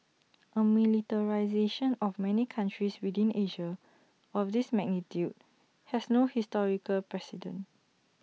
A militarisation of many countries within Asia of this magnitude has no historical president